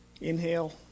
Inhale